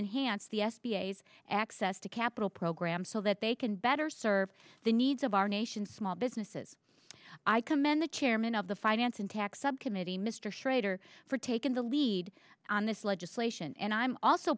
enhanced the f b i s access to capital program so that they can better serve the needs of our nation small businesses i commend the chairman of the finance and tax subcommittee mr schrader for taking the lead on this legislation and i'm also